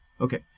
Okay